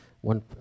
one